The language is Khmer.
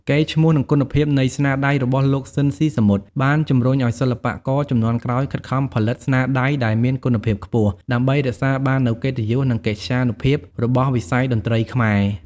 កេរ្តិ៍ឈ្មោះ និងគុណភាពនៃស្នាដៃរបស់លោក ស៊ីន ស៊ីសាមុត បានជំរុញឱ្យសិល្បករជំនាន់ក្រោយខិតខំផលិតស្នាដៃដែលមានគុណភាពខ្ពស់ ដើម្បីរក្សាបាននូវកិត្តិយស និងកិត្យានុភាពរបស់វិស័យតន្ត្រីខ្មែរ ។